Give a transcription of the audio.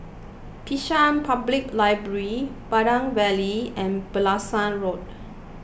Bishan Public Library Pandan Valley and Pulasan Road